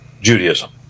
Judaism